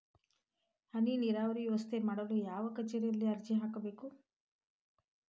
ಹನಿ ನೇರಾವರಿ ವ್ಯವಸ್ಥೆ ಮಾಡಲು ಯಾವ ಕಚೇರಿಯಲ್ಲಿ ಅರ್ಜಿ ಹಾಕಬೇಕು?